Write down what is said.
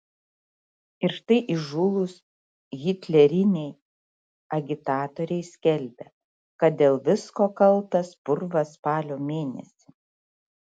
ir štai įžūlūs hitleriniai agitatoriai skelbia kad dėl visko kaltas purvas spalio mėnesį